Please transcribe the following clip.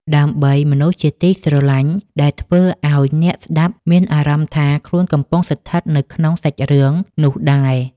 ដើម្បីមនុស្សជាទីស្រឡាញ់ ដែលធ្វើឱ្យអ្នកស្ដាប់មានអារម្មណ៍ថាខ្លួនកំពុងស្ថិតនៅក្នុងសាច់រឿងនោះដែរ។